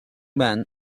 men